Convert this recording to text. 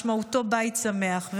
משמעות הדבר בית שמח,